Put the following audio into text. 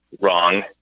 wrong